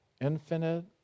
infinite